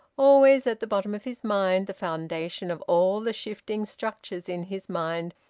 always at the bottom of his mind, the foundation of all the shifting structures in his mind,